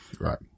Right